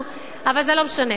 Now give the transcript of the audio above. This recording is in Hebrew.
אבל הוא מרהיב,